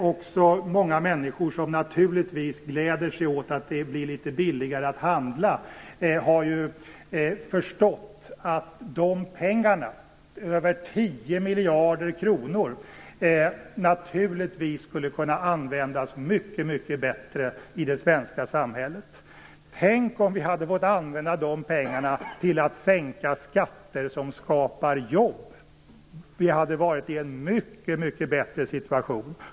Också många människor, som naturligtvis gläder sig åt att det blir litet billigare att handla, har förstått att de pengarna - över 10 miljarder kronor - skulle mycket bättre skulle kunna användas i det svenska samhället. Tänk om vi hade fått använda de pengarna till att sänka skatter - något som skapar jobb! Då hade vi varit i en mycket bättre situation.